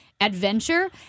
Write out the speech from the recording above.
adventure